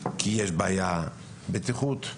בעיית בטיחות,